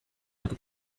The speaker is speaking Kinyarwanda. aka